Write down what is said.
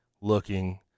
looking